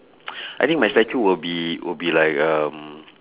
I think my statue will be will be like um